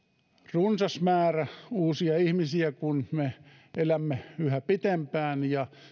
runsas määrä uusia ihmisiä kun me elämme yhä pitempään ja